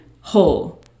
whole